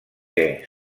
que